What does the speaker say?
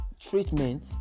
treatment